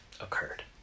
occurred